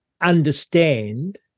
understand